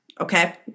okay